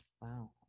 Wow